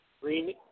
green